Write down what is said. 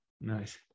Nice